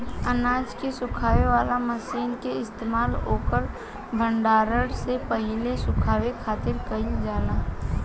अनाज के सुखावे वाला मशीन के इस्तेमाल ओकर भण्डारण से पहिले सुखावे खातिर कईल जाला